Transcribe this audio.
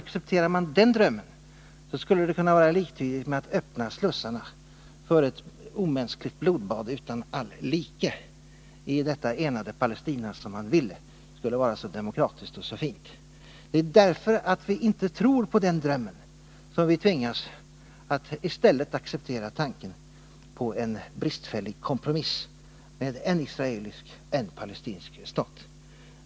Accepterar man den drömmen skulle det kunna vara liktydigt med att öppna slussarna för ett blodbad utan all like i detta enade Palestina, som man ville skulle vara så demokratiskt och så fint. Det är därför att vi inte tror på den drömmen som vi tvingas att i stället acceptera tanken på en bristfällig kompromiss med en israelisk och en palestinsk stat.